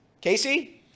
Casey